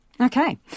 Okay